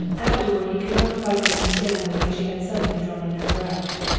afterward he could not quite understand the way she had suddenly drawn in her breath.